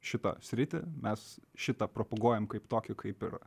šitą sritį mes šitą propaguojam kaip tokį kaip ir